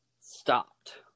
stopped